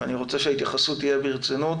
אבל אני רוצה שההתייחסות תהיה ברצינות,